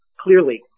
Clearly